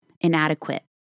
inadequate